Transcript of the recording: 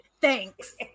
Thanks